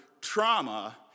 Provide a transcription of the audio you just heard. trauma